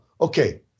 Okay